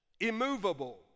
immovable